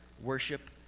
worship